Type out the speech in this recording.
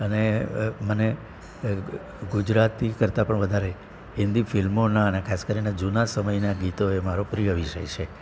અને મને ગુજરાતી કરતાં પણ વધારે હિન્દી ફિલ્મોના અને ખાસ કરીને જૂના સમયના ગીતો એ મારો પ્રિય વિષય છે